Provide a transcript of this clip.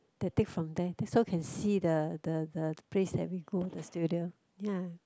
they take from there that so can see the the the place that we go the studio ya